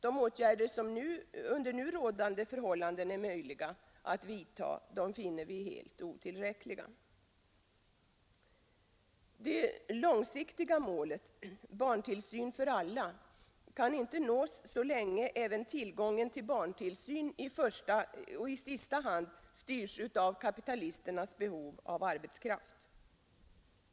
De åtgärder som under nu rådande förhållanden är möjliga att vidta finner vi helt otillräckliga. Det långsiktiga målet, barntillsyn för alla, kan inte nås så länge även tillgången till barntillsyn i sista hand styrs av kapitalisternas behov av arbetskraft.